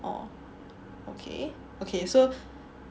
oh okay okay so